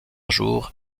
jour